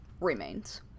remains